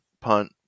punt